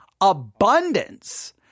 Abundance